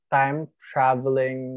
time-traveling